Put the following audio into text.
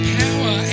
power